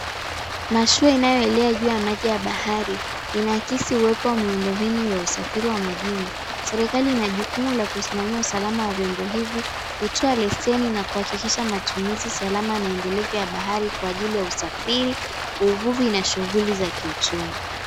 Mashua inayoelea juu ya maji ya bahari inaakisi uwepo wa miundo mbinu ya usafiri wa majini. Serikali ina jukumu la kusimamia usalama wa vyombo hivi hutoa leseni na kuhakikisha matumizi salama na endelevu ya bahari kwa ajili ya usafiri, uvuvi na shughuli za kiuchumi.